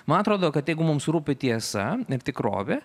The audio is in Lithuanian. man atrodo kad jeigu mums rūpi tiesa ir tikrovė